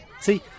See